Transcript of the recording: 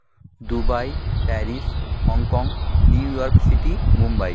Dubai Paris Hong Kong New York city Mumbai